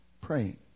praying